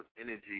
energy